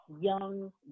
Young